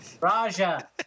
Raja